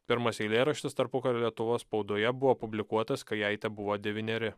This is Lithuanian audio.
pirmas eilėraštis tarpukario lietuvos spaudoje buvo publikuotas kai jai tebuvo devyneri